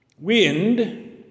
Wind